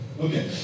Okay